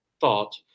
thought